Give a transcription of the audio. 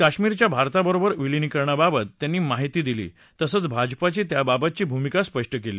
काश्मिरच्या भारताबरोबर विलिनीकरणाबाबत त्यांनी माहिती दिली तसंच भाजपाची त्याबाबतची भूमिका स्पष्ट केली